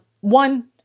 One